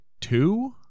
two